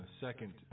second